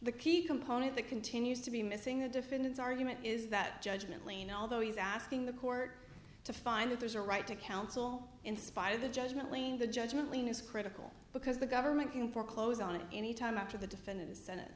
the key component that continues to be missing the defendant's argument is that judgment lien although he's asking the court to find that there's a right to counsel in spite of the judgment lien the judgment lien is critical because the government can foreclose on it any time after the defendant is senate